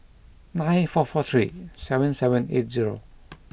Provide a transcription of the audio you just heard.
nine four four three seven seven eight zero